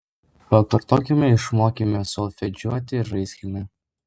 pakartokime išmokime solfedžiuoti ir žaiskime